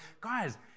guys